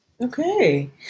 Okay